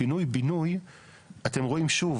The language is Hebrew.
בפינוי בינוי אתם רואים שוב,